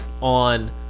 On